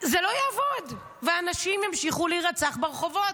זה לא יעבוד, ואנשים ימשיכו להירצח ברחובות.